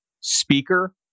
speaker